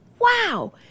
wow